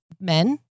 men